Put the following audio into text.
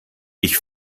ich